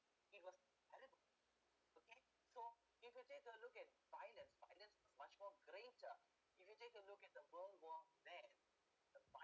it was okay so you could take a look at violence violence's much more greater if you take a look at the world war van the